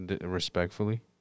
respectfully